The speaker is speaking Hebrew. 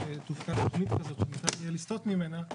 יהיה לנו יום ארוך,